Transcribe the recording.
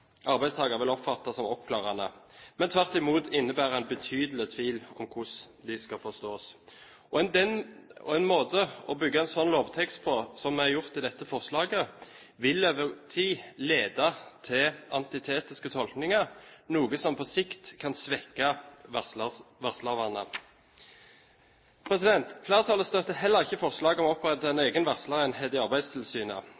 vil oppfatte som oppklarende, tvert imot vil det innebære en betydelig tvil om hvordan de skal forstås. En slik måte å bygge en lovtekst på – som er gjort i dette forslaget – vil over tid lede til antitetiske tolkninger, noe som på sikt kan svekke varslerne. Flertallet støtter heller ikke forslaget om å opprette